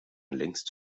längst